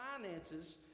finances